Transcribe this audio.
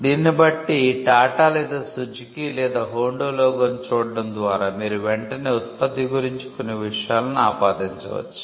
కాబట్టి టాటా లేదా సుజుకి లేదా హోండా లోగోను చూడటం ద్వారా మీరు వెంటనే ఉత్పత్తి గురించి కొన్ని విషయాలను ఆపాదించవచ్చు